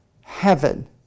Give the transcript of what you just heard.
heaven